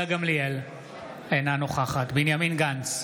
אינה נוכחת בנימין גנץ,